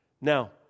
Now